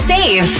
Save